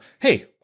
hey